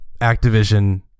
Activision